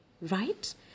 right